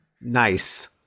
Nice